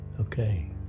Okay